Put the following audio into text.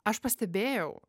aš pastebėjau